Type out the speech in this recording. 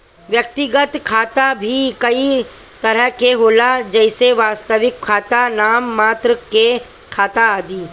व्यक्तिगत खाता भी कई तरह के होला जइसे वास्तविक खाता, नाम मात्र के खाता आदि